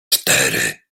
cztery